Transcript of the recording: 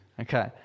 okay